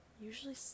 usually